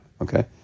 Okay